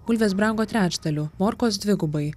bulvės brango trečdaliu morkos dvigubai